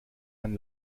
ein